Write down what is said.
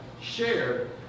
shared